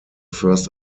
first